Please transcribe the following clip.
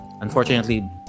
Unfortunately